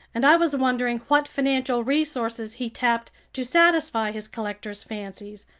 and i was wondering what financial resources he tapped to satisfy his collector's fancies,